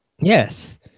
Yes